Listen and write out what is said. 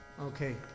Okay